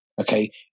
okay